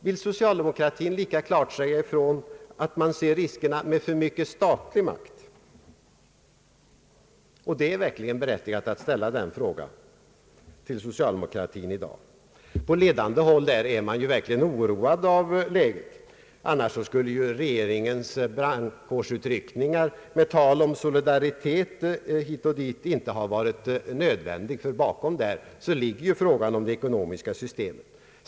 Vill socialdemokratins representanter lika klart säga ifrån att man inser riskerna av för mycket statlig makt? Det är verkligen berättigat att ställa den frågan till socialdemokratin i dag. På ledande håll inom socialdemokratin är man ju verkligen oroad av debattläget. Eljest skulle regeringens brandkårsutryckningar med tal om solidaritet åt olika håll inte vara nödvändiga. Bakom dessa ligger frågan om det ekonomiska systemet.